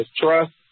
trust